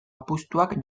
apustuak